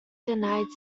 denied